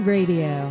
Radio